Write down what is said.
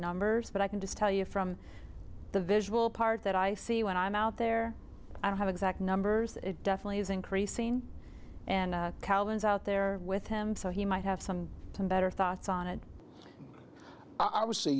numbers but i can just tell you from the visual part that i see when i'm out there i have exact numbers it definitely is increasing and calvin's out there with him so he might have some better thoughts on it i would say